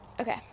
okay